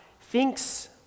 thinks